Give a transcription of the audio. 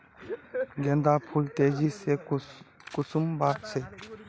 गेंदा फुल तेजी से कुंसम बार से?